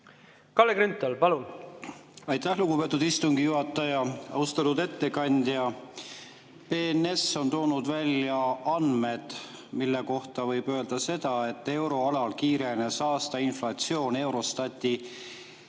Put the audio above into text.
Kalle Grünthal, palun! Aitäh, lugupeetud istungi juhataja! Austatud ettekandja! BNS on toonud välja andmed, mille [põhjal] võib öelda seda, et euroalal kiirenes aastane inflatsioon Eurostati